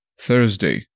Thursday